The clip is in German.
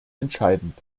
entscheidend